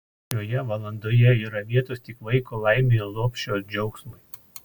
šioje valandoje yra vietos tik vaiko laimei ir lopšio džiaugsmui